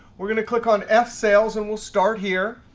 we're going to click on f sales, and we'll start here.